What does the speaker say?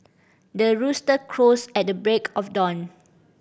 the rooster crows at the break of dawn